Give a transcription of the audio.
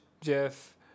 Jeff